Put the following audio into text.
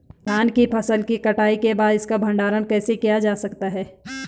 धान की फसल की कटाई के बाद इसका भंडारण कैसे किया जा सकता है?